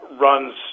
runs